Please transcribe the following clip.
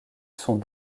sont